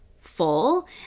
full